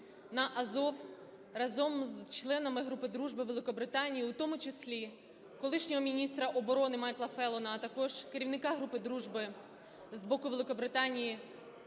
на Азов разом з членами групи дружби Великобританії, у тому числі, колишнього міністра оборони Майкла Феллона, а також керівника групи дружби з боку Великобританії